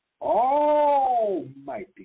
Almighty